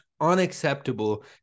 unacceptable